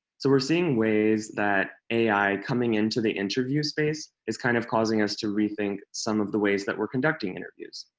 so we're seeing ways that ai coming into the interview space is kind of causing us to rethink some of the ways that we're conducting interviews.